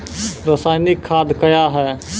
रसायनिक खाद कया हैं?